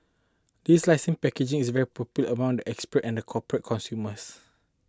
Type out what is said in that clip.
this leasing package is very popular among expatriates and corporate consumers